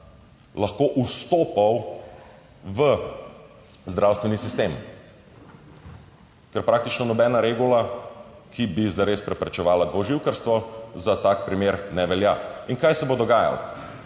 lahko vstopal v zdravstveni sistem, ker praktično nobena regula, ki bi zares preprečevala dvoživkarstvo, za tak primer ne velja. In kaj se bo dogajalo?